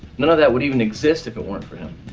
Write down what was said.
none of that would even exist if it weren't for him.